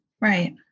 right